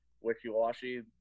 wishy-washy